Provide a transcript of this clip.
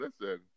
Listen